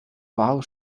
wahre